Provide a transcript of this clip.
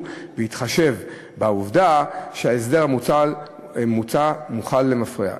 בהתחשב בעובדה שההסדר המוצע מוחל למפרע.